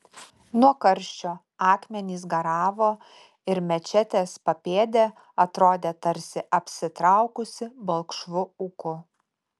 nuo karščio akmenys garavo ir mečetės papėdė atrodė tarsi apsitraukusi balkšvu ūku